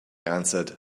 answered